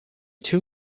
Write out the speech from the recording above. two